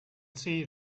see